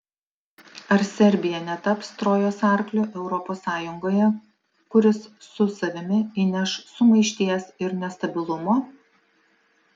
ar serbija netaps trojos arkliu europos sąjungoje kuris su savimi įneš sumaišties ir nestabilumo